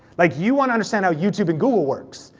like, you wanna understand how youtube and google works,